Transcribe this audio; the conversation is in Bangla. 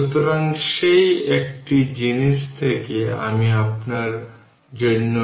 সুতরাং সেই হিসাবে যান তাই এটি 300 হবে